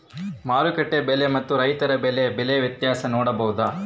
ಮಾರುಕಟ್ಟೆ ಬೆಲೆ ಮತ್ತು ರೈತರ ಬೆಳೆ ಬೆಲೆ ವ್ಯತ್ಯಾಸ ನೋಡಬಹುದಾ?